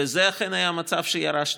וזה אכן היה המצב שירשתי.